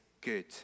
good